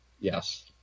Yes